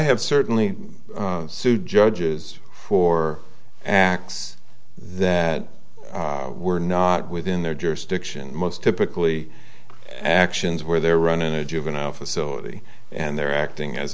have certainly sued judges for an acts that were not within their jurisdiction most typically actions where they're run in a juvenile facility and they're acting as